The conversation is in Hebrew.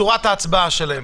מה תהיה צורת ההצבעה שלהם.